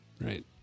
right